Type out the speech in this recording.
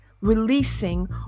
releasing